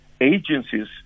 agencies